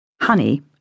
Honey